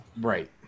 Right